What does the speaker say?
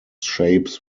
shapes